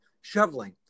shoveling